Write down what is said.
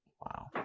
Wow